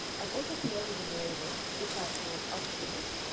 i've also created the variable, which i've called options,